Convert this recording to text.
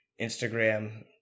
Instagram